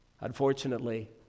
Unfortunately